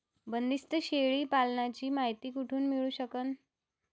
बंदीस्त शेळी पालनाची मायती कुठून मिळू सकन?